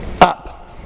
Up